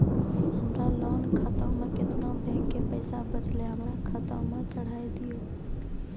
हमरा लोन खाता मे केतना बैंक के पैसा बचलै हमरा खाता मे चढ़ाय दिहो?